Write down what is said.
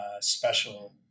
special